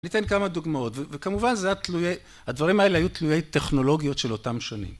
ניתן כמה דוגמאות, וכמובן הדברים האלה היו תלויי טכנולוגיות של אותם שונים.